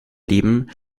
leben